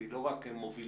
היא לא רק מובילה